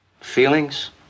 Feelings